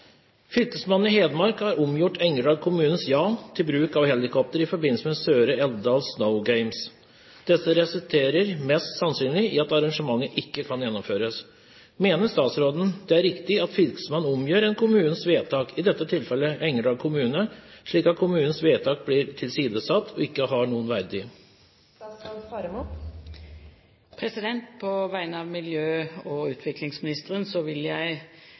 i Hedmark har omgjort Engerdal kommunes ja til bruk av helikopter i forbindelse med Elvdal’n Snow Games. Dette resulterer mest sannsynlig i at arrangementet ikke kan gjennomføres. Mener statsråden det er riktig at fylkesmannen omgjør en kommunes vedtak, i dette tilfellet Engerdal kommune, slik at kommunens vedtak blir tilsidesatt og ikke har noen verdi?» På vegne av miljø- og utviklingsministeren vil jeg